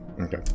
Okay